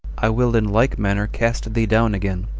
i will in like manner cast thee down again,